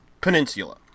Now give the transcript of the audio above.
Peninsula